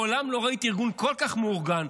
מעולם לא ראיתי ארגון כל כך מאורגן,